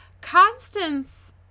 Constance